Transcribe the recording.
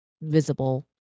visible